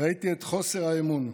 ראיתי את חוסר האמון,